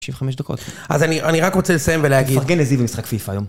חמישים וחמש דקות. אז אני רק רוצה לסיים ולהגיד... פרגן לזיו משחק פיפא היום.